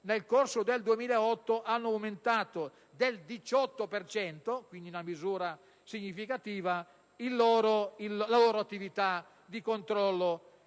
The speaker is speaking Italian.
nel corso del 2008 hanno aumentato del 18 per cento - una misura significativa - la loro attività di controllo